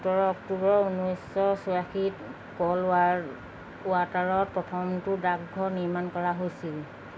সোতৰ অক্টোবৰ ঊনৈছশ চৌৰাশীত ক'ল্ড ৱাৰ্ড ৱাটাৰত প্ৰথমটো ডাকঘৰ নিৰ্মাণ কৰা হৈছিল